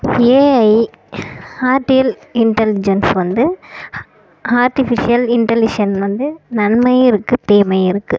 AI artificial intelligence வந்து artificial intelligence வந்து நன்மையும் இருக்குது தீமையும் இருக்குது